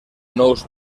nous